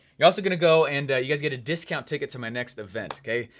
you're also gonna go and you guys get a discount ticket to my next event, okay,